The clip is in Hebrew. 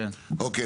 אוקיי.